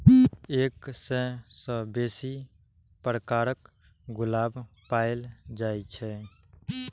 एक सय सं बेसी प्रकारक गुलाब पाएल जाए छै